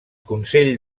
consell